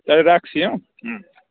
তালে রাখছি হ্যাঁ হুম